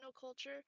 culture